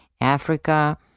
Africa